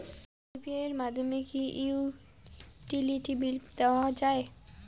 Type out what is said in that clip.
UPI এর মাধ্যমে কি ইউটিলিটি বিল দেওয়া যায়?